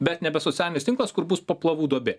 bet nebe socialinis tinklas kur bus paplavų duobė